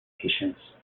patience